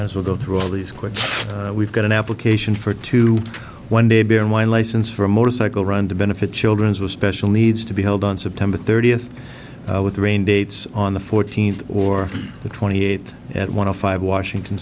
as we go through all these quits we've got an application for two one day beer and wine license for a motorcycle run to benefit children's was special needs to be held on september thirtieth with rain dates on the fourteenth or the twenty eighth at one o five washington